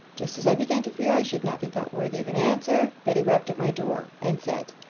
just as i began to fear i should not be thought worthy of an answer, betty rapped at my door, and said,